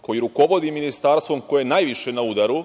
koji rukovodi ministarstvom koje je najviše na udaru,